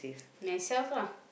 myself lah